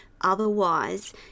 otherwise